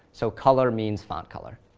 so color means font color.